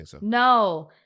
no